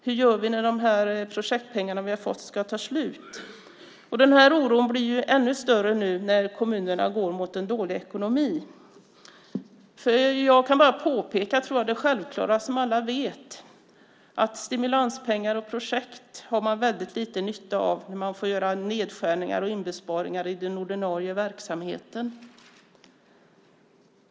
Hur gör man när projektpengarna man har fått tar slut? Oron blir ännu större nu när kommunerna går mot en dålig ekonomi. Jag kan bara påpeka det självklara som alla vet: Stimulanspengar och projekt har man liten nytta av när man får göra nedskärningar och inbesparingar i den ordinarie verksamheten.